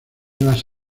las